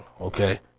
okay